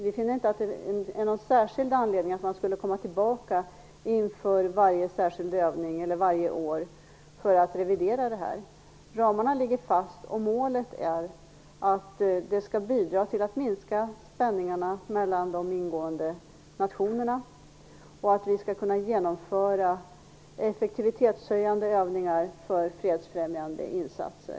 Vi ser inte att det skulle finnas någon särskild anledning till att man skulle komma tillbaka inför varje övning eller inför varje år för att revidera det hela. Ramarna ligger fast, och målet är att PFF skall bidra till att minska spänningarna mellan de ingående nationerna och till att man skall kunna utföra effektivitetshöjande övningar för fredsfrämjande insatser.